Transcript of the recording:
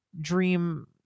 dream